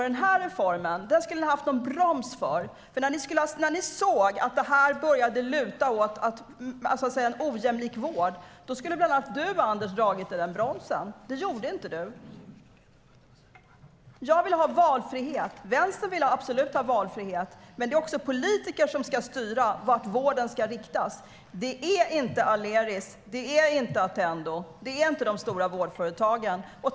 Den här reformen skulle man ha haft en broms för, för när ni såg att det började luta åt en ojämlik vård borde bland annat du ha dragit i bromsen, Anders. Det gjorde du inte. Jag vill ha valfrihet - Vänstern vill absolut ha valfrihet - men det är politiker som ska styra vart vården ska riktas, inte Aleris och Attendo. Det är inte de stora vårdföretagen som ska styra.